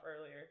earlier